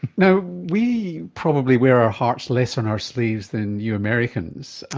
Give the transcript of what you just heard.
you know we probably wear our hearts less on our sleeves than you americans.